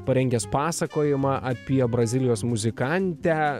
parengęs pasakojimą apie brazilijos muzikantę